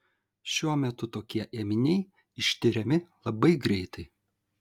šiuo metu tokie ėminiai ištiriami labai greitai